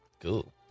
Cool